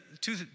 two